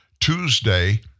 Tuesday